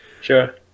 sure